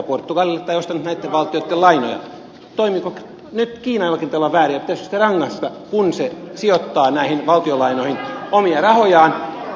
toimiiko nyt kiina jollakin tavalla väärin ja pitäisikö sitä rangaista kun se sijoittaa näihin valtionlainoihin omia rahojaan